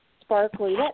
sparkly